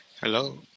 Hello